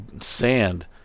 sand